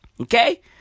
Okay